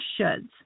shoulds